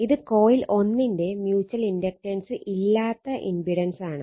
ഇത് കോയിൽ 1 ന്റെ mutual inductance ഇല്ലാത്ത ഇമ്പിടൻസാണ്